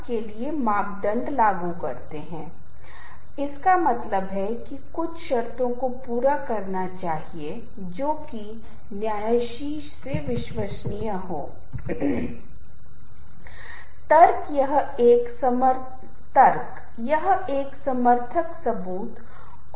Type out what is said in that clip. हम auditory perception को बहुत जल्दी से समझते हैं 'संगीत' यह प्रमुख तत्व हैं संगीत धारणा हमारे जीवन में शोर और संगीत का नियम मल्टीमीडिया में संगीत अनुभूति में संगीत भावना और चिकित्सा सामाजिक संदर्भों में संगीत और ध्वनियों का उपयोग और उसके साथ हम इस क्षेत्र के अपेक्षाकृत संक्षिप्त अन्वेषण को पूरा करेंगे